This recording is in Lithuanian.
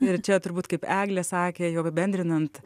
ir čia turbūt kaip eglė sakė jau apibendrinant